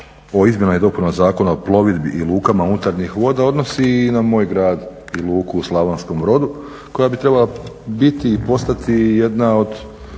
o izmjenama i dopunama Zakona o plovidbi i lukama unutarnjih voda odnosi i na moj grad i luku u Slavonskom Brodu koja bi trebala biti i postati jedna od